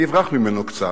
אני אברח ממנו קצת.